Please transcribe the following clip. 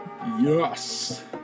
Yes